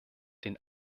den